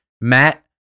Matt